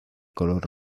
color